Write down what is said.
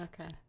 Okay